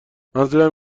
منظورم